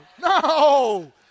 no